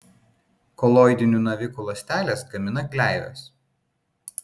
koloidinių navikų ląstelės gamina gleives